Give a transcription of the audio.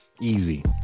Easy